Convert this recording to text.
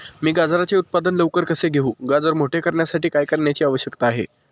मी गाजराचे उत्पादन लवकर कसे घेऊ? गाजर मोठे करण्यासाठी काय करण्याची आवश्यकता आहे?